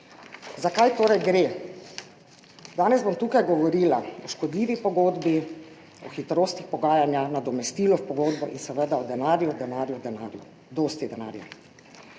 Za kaj torej gre? Danes bom tukaj govorila o škodljivi pogodbi, o hitrostih pogajanja, nadomestilu v pogodbi in seveda o denarju, o denarju, o denarju, dosti denarja.